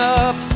up